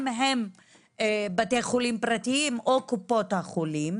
מדובר בבתי חולים פרטיים או קופות החולים.